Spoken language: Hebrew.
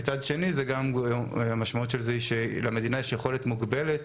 מצד שני המשמעות של זה היא שלמדינה יש יכולת מוגבלת